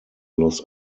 los